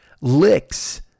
licks